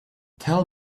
tell